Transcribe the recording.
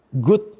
good